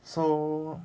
so